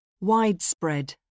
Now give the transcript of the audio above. Widespread